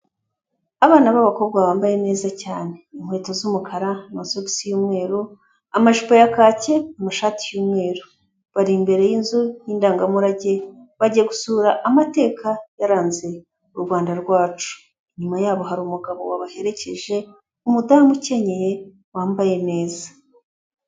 Abana b'abakobwa bambaye neza cyane, inkweto z'umukara, amasogisi y'umweru, amajipo ya kaki, amashati y'umweru, bari imbere y'inzu ndangamurage bagiye gusura amateka yaranze u Rwanda rwacu. Inyuma yabo hari umugabo wabaherekeje, umudamu ukenyeye wambaye neza.